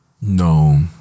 No